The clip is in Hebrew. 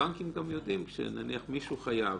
בנקים גם יודעים, כשנניח מישהו חייב,